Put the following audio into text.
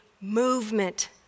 movement